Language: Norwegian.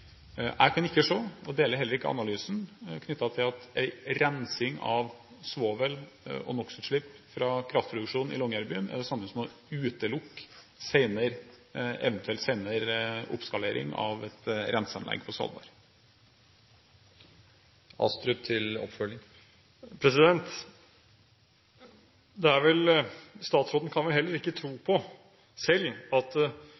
Jeg kan ikke se – og jeg deler heller ikke analysen knyttet til det – at en rensing av svovel- og NOx-utslipp fra kraftproduksjonen i Longyearbyen er det samme som å utelukke en eventuell senere oppskalering av et renseanlegg på Svalbard. Statsråden kan vel heller ikke selv tro på at